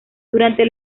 durante